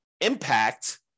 impact